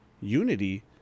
unity